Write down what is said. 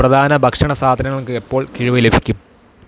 പ്രധാന ഭക്ഷണ സാധനങ്ങൾക്ക് എപ്പോൾ കിഴിവ് ലഭിക്കും